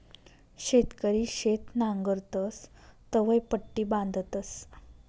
शेतकरी शेत नांगरतस तवंय पट्टी बांधतस